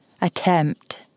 attempt